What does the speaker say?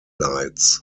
lights